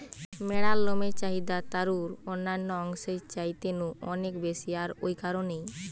ম্যাড়ার লমের চাহিদা তারুর অন্যান্য অংশের চাইতে নু অনেক বেশি আর ঔ কারণেই